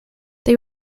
they